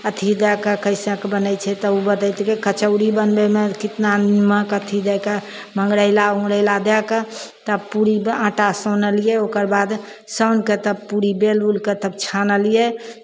अथि दऽ कऽ कइसेके बनै छै तऽ ओ बतेलकै कचौड़ी बनबयमे कितना निमक अथि दए कऽ मङ्गरैला उङ्गरैला दए कऽ तब पूड़ी आँटा सनलियै ओकर बाद सानि कऽ तऽ पूड़ी बेलि उलि कऽ तब छानलियै छानलियै